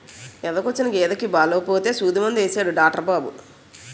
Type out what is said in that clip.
ఎదకొచ్చిన గేదెకి బాలేపోతే సూదిమందు యేసాడు డాట్రు బాబు